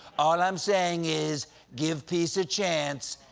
all i am saying is give peace a chance.